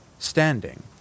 Standing